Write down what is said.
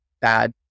bad